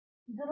professor